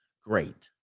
Great